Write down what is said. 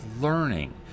learning